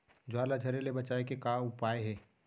ज्वार ला झरे ले बचाए के का उपाय हे?